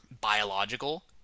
biological